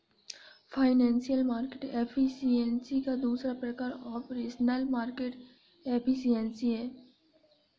financial market efficiency का दूसरा प्रकार ऑपरेशनल मार्केट एफिशिएंसी है